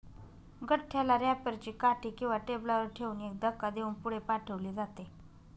गठ्ठ्याला रॅपर ची काठी किंवा टेबलावर ठेवून एक धक्का देऊन पुढे पाठवले जाते